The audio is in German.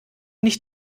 nicht